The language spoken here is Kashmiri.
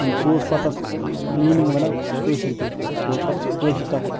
سُہ اوس پتہٕ تَتھ میٖنِنگ وَنان کٲشِر پٲٹھۍ سُہ اوس پتہٕ کٲشِر تَتھ